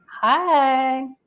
Hi